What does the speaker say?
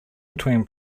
between